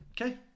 Okay